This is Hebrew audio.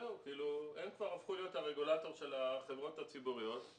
הם כבר הפכו להיות הרגולטור של החברות הציבוריות.